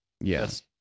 yes